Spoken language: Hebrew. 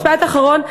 משפט אחרון.